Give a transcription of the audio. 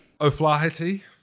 O'Flaherty